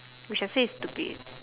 which I say is stupid